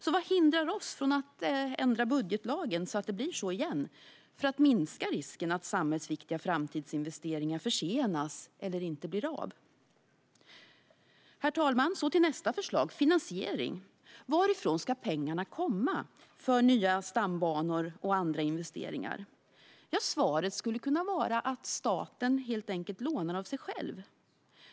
Så vad hindrar oss från att ändra budgetlagen så att det blir så igen, för att minska risken att samhällsviktiga framtidsinvesteringar försenas eller inte blir av? Herr talman! Så går jag till nästa förslag, nämligen finansiering. Varifrån ska pengarna komma för nya stambanor och andra investeringar? Svaret skulle kunna vara att staten helt enkelt lånar av sig själv.